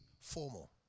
formal